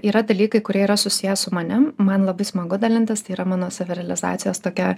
yra dalykai kurie yra susiję su manim man labai smagu dalintis tai yra mano savirealizacijos tokia